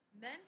Men